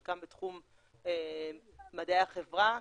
חלקם בתחום מדעי החברה.